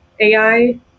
ai